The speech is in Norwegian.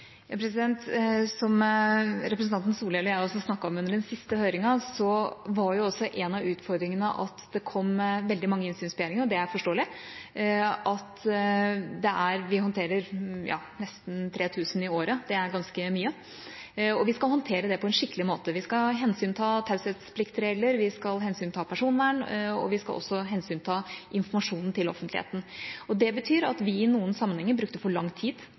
siste høringen, var en av utfordringene at det kom veldig mange innsynsbegjæringer, og det er forståelig. Vi håndterer nesten 3 000 i året – det er ganske mye, og vi skal håndtere det på en skikkelig måte. Vi skal hensynta taushetspliktsregler, vi skal hensynta personvern, og vi skal også hensynta informasjonen til offentligheten. Det betyr at vi i noen sammenhenger brukte for lang tid